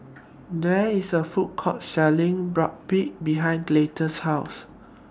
There IS A Food Court Selling Boribap behind Clytie's House